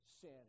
sin